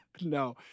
No